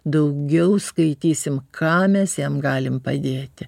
daugiau skaitysim ką mes jam galim padėti